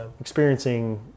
experiencing